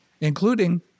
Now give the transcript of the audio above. including